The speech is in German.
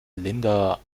linda